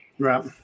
Right